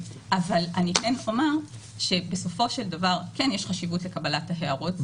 אבל בסופו של דבר יש חשיבות לקבלת ההערות.